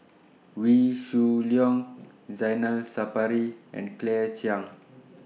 Wee Shoo Leong Zainal Sapari and Claire Chiang